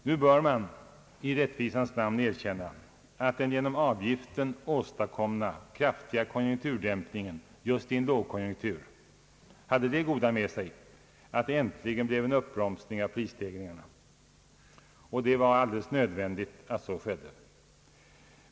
Nu bör man i rättvisans namn erkänna att den genom avgiften åstadkomna kraftiga konjunkturdämpningen just i en lågkonjunktur hade det goda med sig att det äntligen blev en uppbromsning i prisstegringarna, och det var alldeles nödvändigt att så skedde.